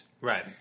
right